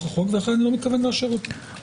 החוק ולכן אני לא מתכוון לאשר אותה.